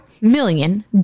million